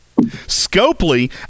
Scopely